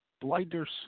blinders